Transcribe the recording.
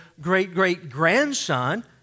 great-great-grandson